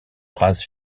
phrase